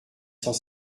cent